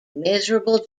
miserable